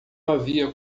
havia